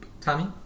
Tommy